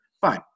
fine